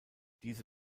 diese